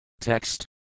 Text